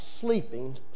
sleeping